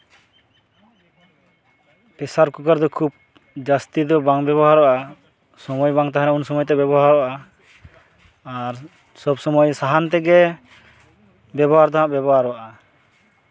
ᱯᱮᱥᱟᱨ ᱠᱩᱠᱟᱨ ᱫᱚ ᱠᱷᱩᱵ ᱡᱟᱹᱥᱛᱤ ᱫᱚ ᱵᱟᱝ ᱵᱮᱵᱚᱦᱟᱨᱚᱜᱼᱟ ᱥᱚᱢᱚᱭ ᱵᱟᱝ ᱛᱟᱦᱮᱱᱟ ᱩᱱ ᱥᱚᱢᱚᱭ ᱛᱮᱫ ᱵᱮᱵᱚᱦᱟᱨᱚᱜᱼᱟ ᱟᱨ ᱥᱚᱵ ᱥᱚᱢᱚᱭ ᱥᱟᱦᱟᱱ ᱛᱮᱜᱮ ᱵᱮᱵᱚᱦᱟᱨ ᱫᱚ ᱦᱟᱸᱜ ᱵᱮᱵᱚᱦᱟᱨᱚᱜᱼᱟ